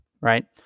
right